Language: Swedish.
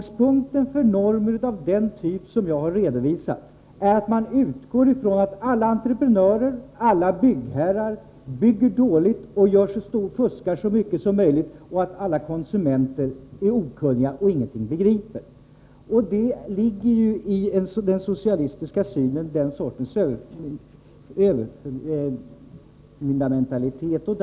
När det gäller normer av den typ som jag har redovisat utgår man från att alla entreprenörer och byggherrar bygger dåligt och fuskar så mycket som möjligt och att alla konsumenter är okunniga och inte begriper någonting. Den sortens överförmyndarmentalitet ligger i den socialistiska synen.